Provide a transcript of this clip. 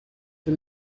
for